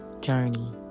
journey